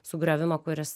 sugriovimo kuris